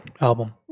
album